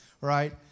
right